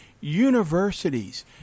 universities